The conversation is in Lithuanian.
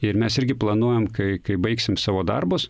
ir mes irgi planuojam kai kai baigsim savo darbus